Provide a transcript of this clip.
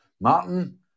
Martin